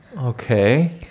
Okay